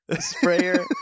sprayer